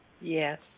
Yes